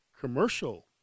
commercial